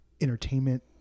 entertainment